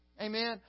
Amen